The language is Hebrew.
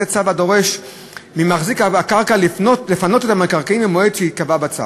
לתת צו הדורש מהמחזיק בקרקע לפנות את המקרקעין במועד שייקבע בצו.